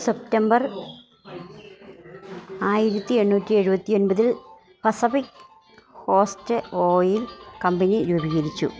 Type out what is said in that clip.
സെപ്റ്റമ്പർ ആയിരത്തിയെണ്ണൂറ്റി എഴുപത്തിയൊന്പതില് Pacific coast oil company രൂപീകരിച്ചു